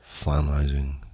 finalizing